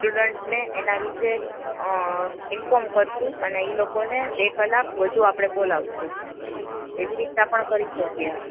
સ્ટુડન્ટને એના વિશે ઇન્ફોર્મ કરીશું અને એ લોકો ને બે કલાક વધુ આપણે બોલાવીશું એવી રીતના પણ કરી શકીએ